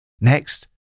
Next